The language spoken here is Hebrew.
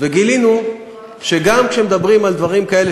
וגילינו שגם כאשר מדברים על דברים כאלה